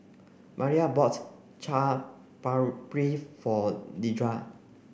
Maira bought Chaat Papri for Dedra